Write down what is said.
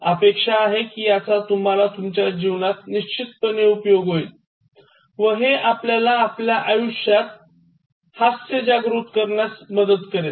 अपेक्षा आहे कि याचा तुम्हाला तुमच्या जीवनात निश्चितपणे उपयोग होईल व हे आपल्याला आपल्या आयुष्यात हास्य जागृत करण्यास मदत करेल